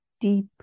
deep